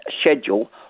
Schedule